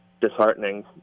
disheartening